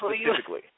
specifically